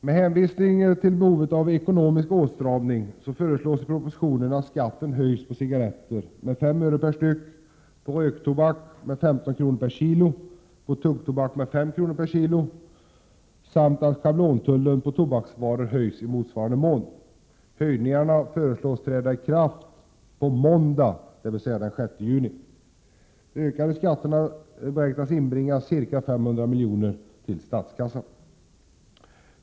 Med hänvisning till behovet av ekonomisk åtstramning föreslås i propositionen att skatten höjs på cigaretter med 5 öre per styck, på röktobak med 15 kr. per kilo, på tuggtobak med 5 kr. per kilo samt att schablontullen på tobaksvaror höjs i motsvarande mån. Höjningarna föreslås träda i kraft på måndag, dvs. den 6 juni. De ökade skatterna beräknas inbringa ca 500 milj.kr. till statskassan.